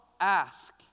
ask